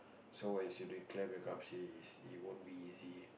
so as you declare bankruptcy is it won't be easy